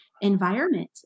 environment